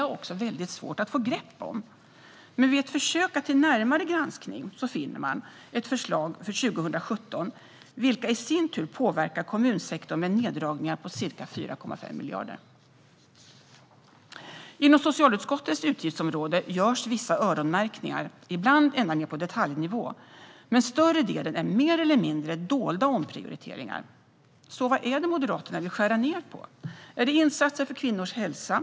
Vid ett försök till närmare granskning finner man dock ett förslag för 2017 som påverkar kommunsektorn med neddragningar på ca 4,5 miljarder. Inom socialutskottets utgiftsområde görs vissa öronmärkningar, ibland ända ned på detaljnivå, men större delen är mer eller mindre dolda omprioriteringar. Så vad är det som Moderaterna vill skära ned på? Är det insatser för kvinnors hälsa?